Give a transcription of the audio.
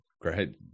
Great